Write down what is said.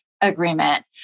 agreement